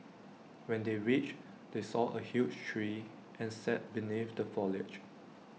when they reached they saw A huge tree and sat beneath the foliage